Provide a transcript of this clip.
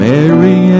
Mary